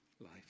life